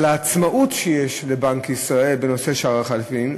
העצמאות שיש לבנק ישראל בנושא שער החליפין,